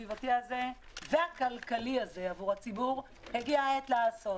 הסביבתי הזה והכלכלי עבור הציבור הגיעה העת לעשות.